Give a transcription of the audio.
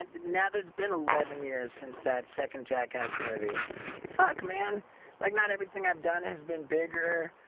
and now there's been eleven years since that second jackass movie fuck man like not everything i've done has been bigger.